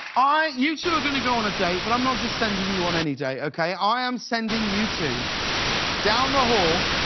ah you two are going to go on a date but i'm not just sending you you on any date, i'm sending you to down the hall